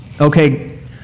okay